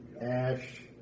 ash